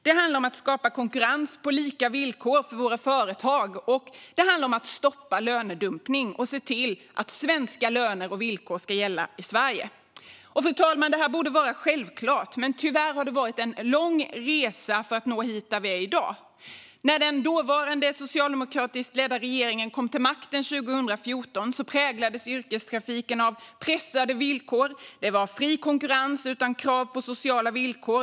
Det handlar om att skapa konkurrens på lika villkor för våra företag. Det handlar om att stoppa lönedumpning och om att svenska löner och villkor ska gälla i Sverige. Fru talman! Detta borde vara självklart, men tyvärr har det varit en lång resa för att nå hit där vi är i dag. När den dåvarande socialdemokratiskt ledda regeringen kom till makten 2014 präglades yrkestrafiken av pressade villkor. Det var fri konkurrens utan krav på sociala villkor.